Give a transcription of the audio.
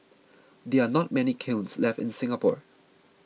there are not many kilns left in Singapore